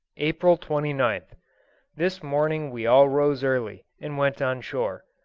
april twenty ninth this morning we all rose early, and went on shore.